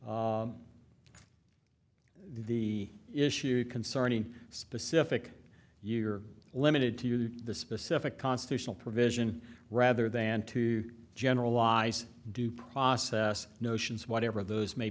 the issue concerning a specific year limited to the specific constitutional provision rather than to generalize due process notions whatever those may